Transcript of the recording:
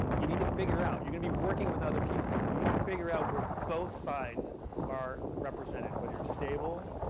you need to figure out. you're going to be working with other people. you need to figure out where both sides are represented, whether you're a stable,